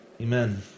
Amen